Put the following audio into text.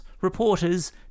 reporters